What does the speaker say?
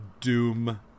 doom